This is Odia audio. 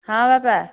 ହଁ ବାପା